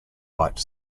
bite